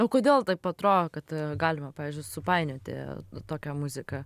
o kodėl taip atrodo kad galima pavyzdžiui supainioti tokią muziką